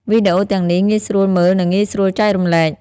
វីដេអូទាំងនេះងាយស្រួលមើលនិងងាយស្រួលចែករំលែក។